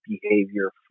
behavior